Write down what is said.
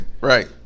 Right